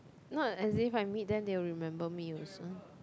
not as if I meet them they will remember me also